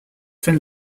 from